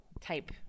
type